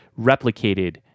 replicated